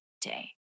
day